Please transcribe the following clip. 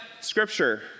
Scripture